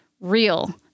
real